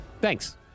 Thanks